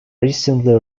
recently